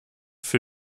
für